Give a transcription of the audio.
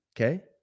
okay